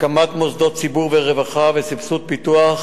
הקמת מוסדות ציבור ורווחה וסבסוד פיתוח,